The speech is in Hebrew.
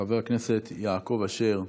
חבר הכנסת יעקב אשר,